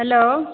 hello